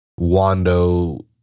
Wando